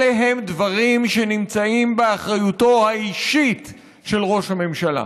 אלה הם דברים שנמצאים באחריותו האישית של ראש הממשלה,